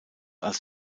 als